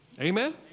Amen